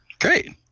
Great